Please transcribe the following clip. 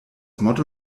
motto